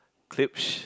clips